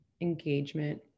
engagement